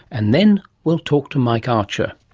and then we'll talk to mike archer.